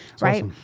right